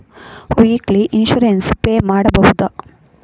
Weekly insurance pay ಮಾಡುವುದ?